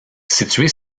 située